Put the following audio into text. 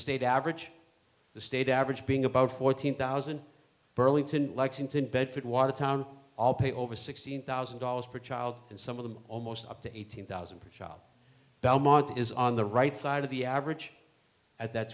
state average the state average being about fourteen thousand burlington lexington bedford watertown all pay over sixteen thousand dollars per child and some of them almost up to eighteen thousand per child belmont is on the right side of the average at that